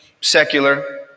secular